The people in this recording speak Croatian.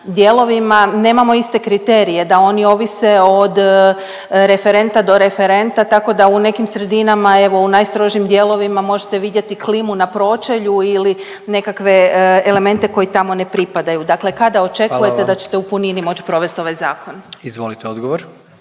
dijelovima nemamo iste kriterije da oni ovise od referenta do referenta, tako da u nekim sredinama, evo u najstrožim dijelovima možete vidjeti klimu na pročelju ili nekakve elemente koji tamo ne pripadaju, dakle kada…/Upadica predsjednik: Hvala vam./…očekujete da ćete u punini moć provest ovaj zakon? **Jandroković,